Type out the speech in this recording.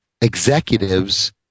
executives